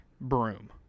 Broom